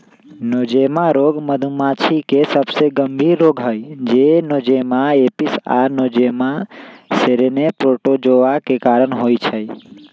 Nosema रोग मधुमाछी के सबसे गंभीर रोग हई जे नोज़ेमा एपिस आ नोज़ेमा सेरेने प्रोटोज़ोआ के कारण होइ छइ